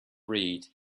read